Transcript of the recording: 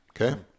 okay